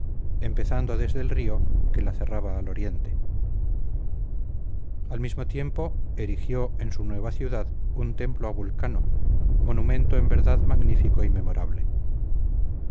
empezando desde el río que la cerraba al oriente al mismo tiempo erigió en su nueva ciudad un templo a vulcano monumento en verdad magnífico